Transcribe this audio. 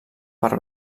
per